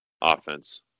offense